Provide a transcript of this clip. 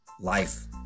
life